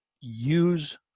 Use